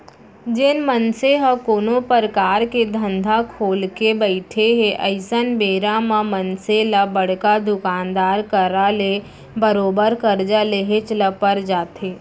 जेन मनसे ह कोनो परकार के धंधा खोलके बइठे हे अइसन बेरा म मनसे ल बड़का दुकानदार करा ले बरोबर करजा लेहेच ल पर जाथे